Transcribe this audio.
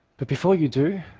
but before you do,